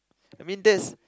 I mean that's